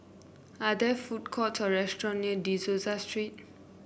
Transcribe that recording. are there food court or restaurant near De Souza Street